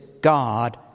God